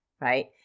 right